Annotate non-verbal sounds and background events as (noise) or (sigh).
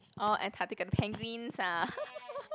oh Antarctica the penguins ah (laughs)